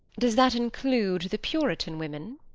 does that include the puritan women?